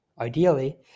Ideally